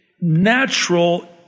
natural